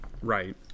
Right